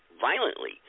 violently